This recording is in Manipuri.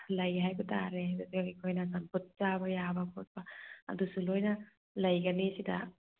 ꯂꯩ ꯍꯥꯏꯕ ꯇꯥꯔꯦ ꯑꯗꯨꯒ ꯑꯩꯈꯣꯏꯅ ꯆꯝꯐꯨꯠ ꯆꯥꯕ ꯌꯥꯕ ꯈꯣꯠꯄ ꯑꯗꯨꯁꯨ ꯂꯣꯏꯅ ꯂꯩꯒꯅꯤ ꯁꯤꯗ